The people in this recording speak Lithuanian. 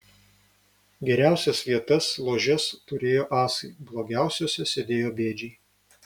geriausias vietas ložes turėjo asai blogiausiose sėdėjo bėdžiai